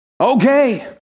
okay